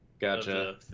Gotcha